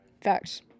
Facts